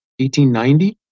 1890